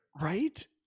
Right